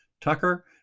Tucker